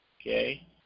okay